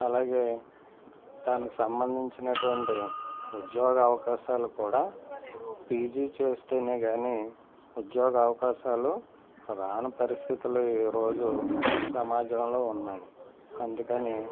అలాగే దానికి సంబంధించిన ఉద్యోగ అవకాశాలు కూడా పీజీ చేస్తేనే కాని ఉద్యోగ అవకాశాలు రాని పరిస్థితులు ఈ రోజు సమాజంలో ఉన్నాయి అందుకని